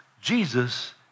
Jesus